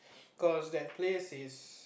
cause that place is